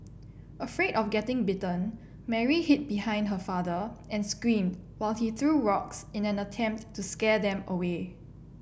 afraid of getting bitten Mary hid behind her father and screamed while he threw rocks in an attempt to scare them away